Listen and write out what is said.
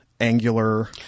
angular